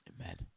Amen